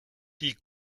die